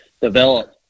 develop